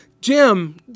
jim